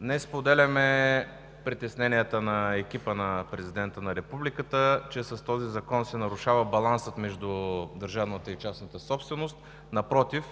Не споделяме притесненията на екипа на Президента на Републиката, че с този закон се нарушава балансът между държавната и частната собственост. Напротив,